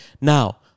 Now